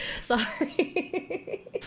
Sorry